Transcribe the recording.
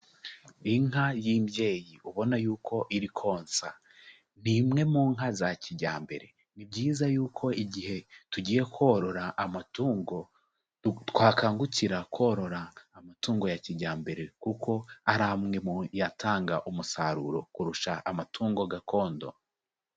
Inka y'imbyeyi ubona yuko iri konsa. Ni imwe mu nka za kijyambere. Ni byiza yuko igihe tugiye korora amatungo twakangukira korora amatungo ya kijyambere kuko ari amwe mu yatanga umusaruro kurusha amatungo gakondo.